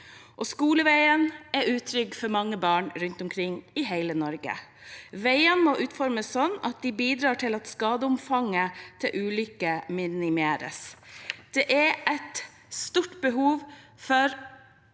Skoleveien er utrygg for mange barn rundt omkring i hele Norge. Veiene må utformes sånn at de bidrar til at skadeomfanget ved ulykker minimeres. Det er et stort behov for veier